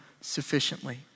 sufficiently